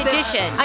Edition